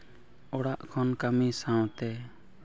ᱚᱲᱟᱜ ᱠᱷᱚᱱ ᱠᱟᱹᱢᱤ ᱥᱟᱶᱛᱮ